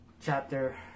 chapter